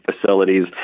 facilities